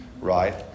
Right